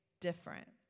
different